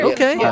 Okay